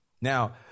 Now